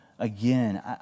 Again